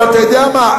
אבל, אתה יודע מה?